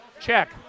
check